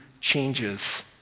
changes